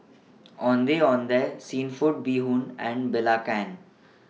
Ondeh Ondeh Seafood Bee Hoon and Belacan